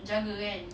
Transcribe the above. jaga kan